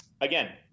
again